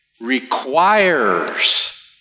requires